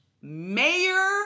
Mayor